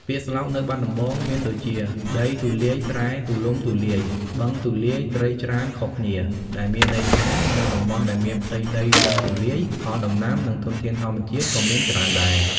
ពាក្យស្លោកនៅបាត់ដំបងមានដូចជា "ដីទូលាយស្រែទូលំទូលាយ បឹងទូលាយត្រីច្រើនខុសគ្នា" ដែលមានន័យថា នៅតំបន់ដែលមានផ្ទៃដីធំទូលាយ ផលដំណាំ និងធនធានធម្មជាតិក៏មានច្រើនដែរ។